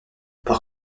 par